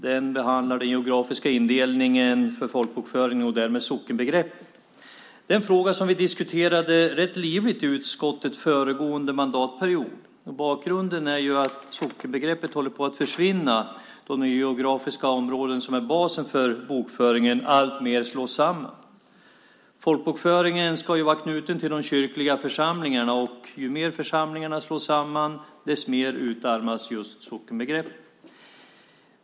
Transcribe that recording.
Den behandlar den geografiska indelningen för folkbokföringen och därmed sockenbegreppet. Det är en fråga som vi diskuterade rätt livligt i utskottet föregående mandatperiod. Bakgrunden är att sockenbegreppet håller på att försvinna, då de geografiska områden som är basen för bokföringen alltmer slås samman. Folkbokföringen ska vara knuten till de kyrkliga församlingarna, och ju mer församlingarna slås samman desto mer utarmas just sockenbegreppet.